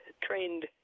trained